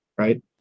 Right